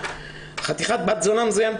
"חתיכת בת זונה מזויינת,